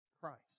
Christ